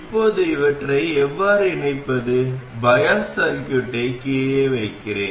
இப்போது இவற்றை எவ்வாறு இணைப்பது பயாஸ் சர்க்யூட்டை கீழே வைக்கிறேன்